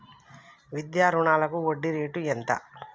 విద్యా రుణాలకు వడ్డీ రేటు ఎంత?